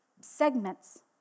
segments